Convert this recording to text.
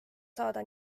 saada